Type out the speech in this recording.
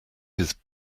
his